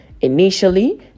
Initially